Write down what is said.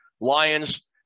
lions